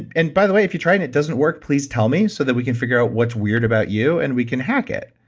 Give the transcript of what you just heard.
and by the way, if you try it and it doesn't work, please tell me, so that we can figure out what's weird about you and we can hack it.